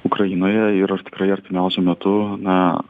ukrainoje ir ar tikrai artimiausiu metu na